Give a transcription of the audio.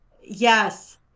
Yes